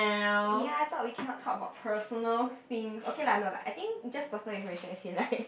ya I thought we cannot talk about personal things okay lah no lah I think just personal information as in like